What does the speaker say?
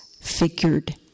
figured